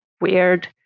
weird